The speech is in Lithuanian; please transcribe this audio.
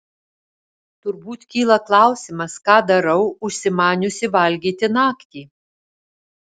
turbūt kyla klausimas ką darau užsimaniusi valgyti naktį